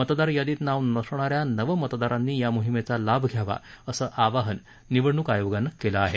मतदार यादीत नाव नसणाऱ्या नव मतदारांनी या मोहिमेचा लाभ घ्यावा असं आवाहन निवडणूक आयोगानं केलं आहे